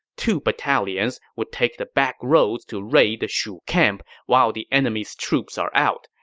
two battalions would take the backroads to raid the shu camp while the enemy's troops are out,